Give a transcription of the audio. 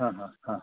हां हां हां